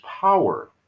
power